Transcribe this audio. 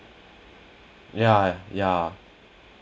ya ya